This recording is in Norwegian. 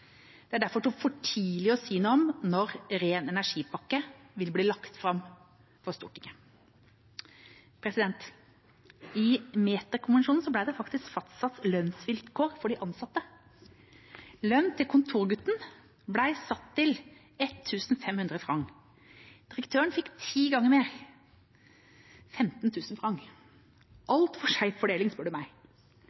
Det er derfor for tidlig å si noe om når Ren energi-pakka vil bli lagt fram for Stortinget. I meterkonvensjonen ble det fastsatt lønnsvilkår for de ansatte. Lønn til kontorgutten ble satt til 1 500 francs. Direktøren fikk ti ganger mer: